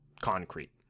concrete